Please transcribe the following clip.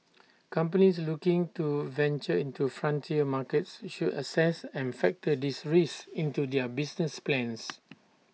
companies looking to venture into frontier markets should assess and factor these risks into their business plans